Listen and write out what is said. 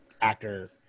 actor